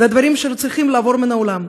ואלה דברים שצריכים לעבור מהעולם.